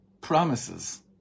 promises